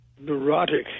neurotic